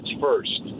first